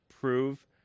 prove